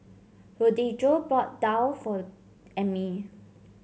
Rodrigo bought daal for Emmie